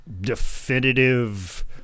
definitive